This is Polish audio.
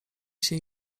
się